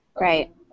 Right